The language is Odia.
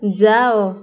ଯାଅ